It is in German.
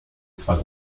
zwar